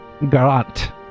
Garant